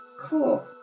Cool